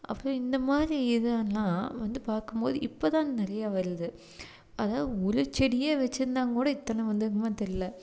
அப்புறோம் இந்த மாதிரி இதெல்லாம் வந்து பார்க்கும் போது இப்போ தான் நிறையா வருது அதை ஒரு செடியே வச்சுருந்தா கூட இத்தனை வந்துருக்குமான் தெரில